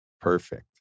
perfect